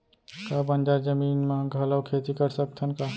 का बंजर जमीन म घलो खेती कर सकथन का?